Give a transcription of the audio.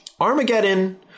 Armageddon